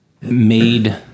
made